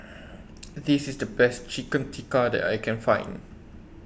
This IS The Best Chicken Tikka that I Can Find